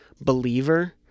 Believer